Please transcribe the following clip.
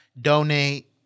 donate